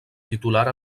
titular